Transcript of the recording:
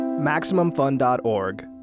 MaximumFun.org